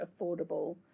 affordable